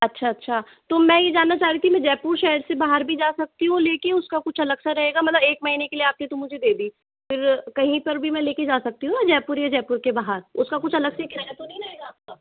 अच्छा अच्छा तो मैं ये जानना चाह रही थी मैं जयपुर शहर से बाहर भी जा सकती हूँ ले के उसका कुछ अलग सा रहेगा मतलब एक महीने के लिए आपने तो मुझे दे दी फिर कहीं पर भी मैं ले के जा सकती हूँ जयपुर या जयपुर के बाहर उसका कुछ अलग से किराया तो नहीं रहेगा आपका